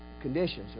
conditions